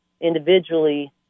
individually